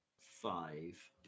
five